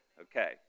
Okay